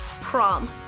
prom